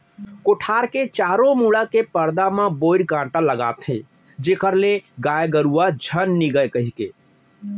कोठार के चारों मुड़ा के परदा म बोइर कांटा लगाथें जेखर ले गाय गरुवा झन निगय कहिके